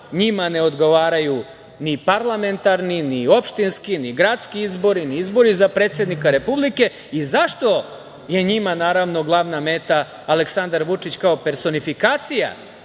njima ne odgovaraju ni parlamentarni, ni opštinski, ni gradski izbori, ni izbori za predsednika Republike i zašto je njima glavna meta Aleksandar Vučić kao personifikacija